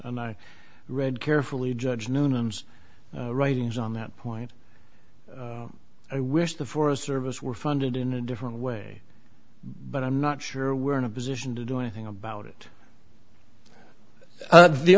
and i read carefully judge noonan's writings on that point i wish the forest service were funded in a different way but i'm not sure we're in a position to do anything about it